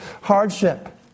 hardship